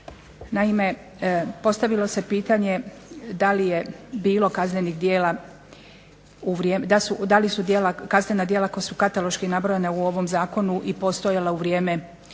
Naime, postavilo se pitanje da li su kaznena djela koja su kataloški nabrojana u ovom zakonu i postojala u vrijeme